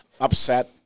upset